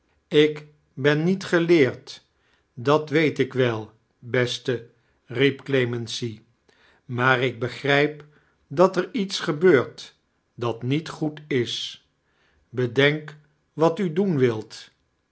ik ben niet geleerd dat weeit ik wel beste riep clemency maar ik begrijp dat er iets gebeurt dat niet goed is bedenk wat u doen wilt